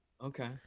Okay